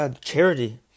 charity